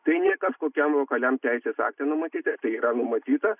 tai ne kažkokiam lokaliam teisės akte numatyta tai yra numatyta